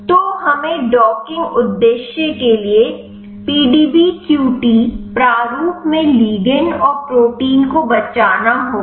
तो हमें डॉकिंग उद्देश्य के लिए पीडीबीक्यूटी प्रारूप में लिगंड और प्रोटीन को बचाना होगा